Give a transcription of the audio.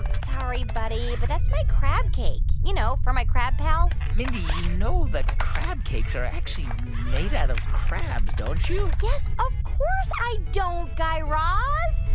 sorry, buddy, but that's my crab cake, you know, for my crab pals mindy, you know that crabcakes are actually made out of crabs, don't you? yes, of course, i don't, guy raz.